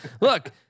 Look